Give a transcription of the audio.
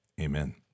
Amen